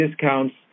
discounts